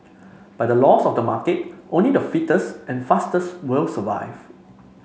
by the laws of the market only the fittest and fastest will survive